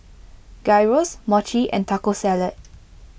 Gyros Mochi and Taco Salad